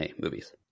movies